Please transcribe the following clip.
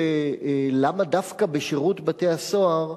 של "למה דווקא בשירות בתי-הסוהר?",